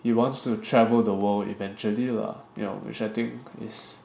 he wants to travel the world eventually lah ya which I think is